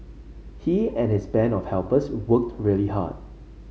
he and his band of helpers worked really hard